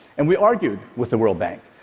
and we argued with the world bank.